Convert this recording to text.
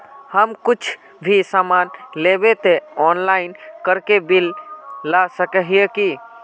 हम कुछ भी सामान लेबे ते ऑनलाइन करके बिल ला सके है की?